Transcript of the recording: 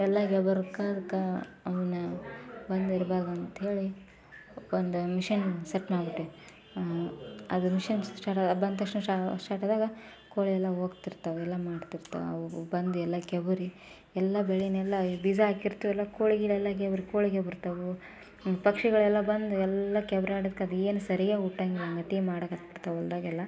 ಎಲ್ಲ ವ್ಯವಹಾರಕ್ಕೆ ಅದ್ಕೆ ಅವ್ನು ಬಂದಿರ್ಬೋದು ಅಂಥೇಳಿ ಒಂದು ಮಿಷೆನ್ ಸೆಟ್ ಮಾಡಿಬಿಟ್ಟೆ ಅದು ಮಿಷೆನ್ ಸ್ಟಾರ್ಟಾದ ಬಂದ ತಕ್ಷಣ ಸ್ಟಾರ್ಟಾದಾಗ ಕೋಳಿ ಎಲ್ಲ ಹೋಗ್ತಿರ್ತಾವೆ ಎಲ್ಲ ಮಾಡ್ತಿರ್ತಾವೆ ಅವು ಬಂದು ಎಲ್ಲ ಕೆಬ್ರಿ ಎಲ್ಲ ಬೆಳೆನೆಲ್ಲ ಬೀಜ ಹಾಕಿರ್ತೀವಲ್ಲ ಕೋಳಿ ಗಿಳಿಯೆಲ್ಲ ಗೆಬ್ರಿ ಕೋಳಿ ಗೆಬ್ರತಾವು ಪಕ್ಷಿಗಳೆಲ್ಲ ಬಂದು ಎಲ್ಲ ಕೆಬ್ರಾಡೋದ್ಕೆ ಅದೇನು ಸರಿ ಹುಟ್ಟೋಂಗಿಲ್ಲ ಒಂದು ಗತಿ ಮಾಡಾಕ್ಕತ್ಬಿಡ್ತಾವ ಹೊಲ್ದಾಗೆಲ್ಲ